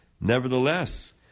nevertheless